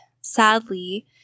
sadly